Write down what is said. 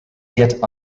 yet